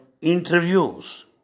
interviews